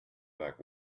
back